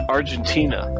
Argentina